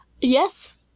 Yes